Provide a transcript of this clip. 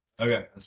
Okay